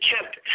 kept –